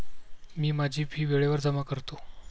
मी माझी फी वेळेवर जमा करतो